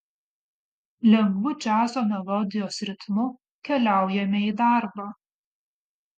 lengvu džiazo melodijos ritmu keliaujame į darbą